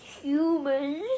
humans